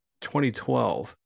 2012